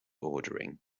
ordering